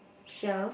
shelves